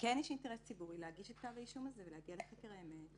וכן יש אינטרס ציבורי להגיש את כתב האישום הזה ולהגיע לחקר האמת.